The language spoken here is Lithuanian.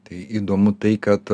tai įdomu tai kad